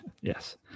Yes